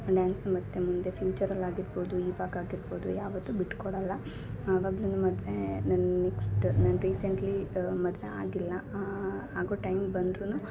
dance ಮತ್ತು ಮುಂದೆ future ಅಲ್ಲಿ ಆಗಿರ್ಬೌದು ಇವಾಗ ಆಗಿರ್ಬೌದು ಯಾವತ್ತು ಬಿಟ್ಕೊಡಲ್ಲ ಆವಾಗ್ಲು ಮದುವೆ ನನ್ನ ನೆಕ್ಸ್ಟ್ ನಾನು ರೀಸೆಂಟ್ಲಿ ಮದ್ವೆ ಆಗಿಲ್ಲ ಆಗೋ ಟೈಮ್ ಬಂದ್ರು